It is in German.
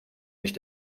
nicht